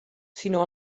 sinó